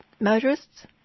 motorists